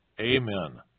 Amen